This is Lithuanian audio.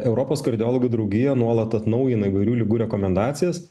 europos kardiologų draugija nuolat atnaujina įvairių ligų rekomendacijas